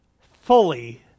fully